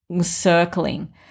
circling